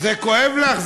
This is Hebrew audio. זה כואב לך?